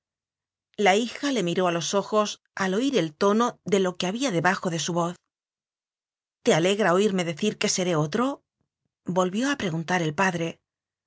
la hija le miró a los ojos al oir el tono de lo que había debajo de su voz te alegra oirme decir que seré otro volvió a preguntar el padre